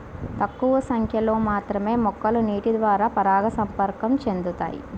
తక్కువ సంఖ్యలో మాత్రమే మొక్కలు నీటిద్వారా పరాగసంపర్కం చెందుతాయి